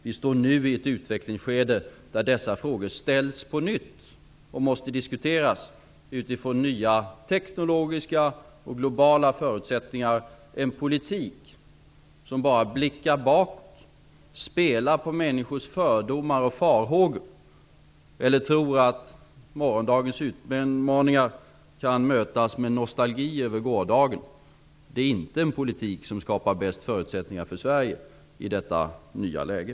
Vi står nu i ett utvecklingsskede där dessa frågor ställs på nytt och måste diskuteras utifrån nya teknologiska och globala förutsättningar. En politik som bara blickar bakåt spelar på människors fördomar och farhågor eller tror att morgondagens utmaningar kan mötas med nostalgi över gårdagen. Det är inte en politik som skapar bäst förutsättningar för Sverige i detta nya läge.